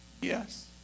yes